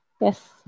yes